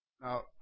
Now